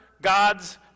God's